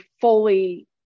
fully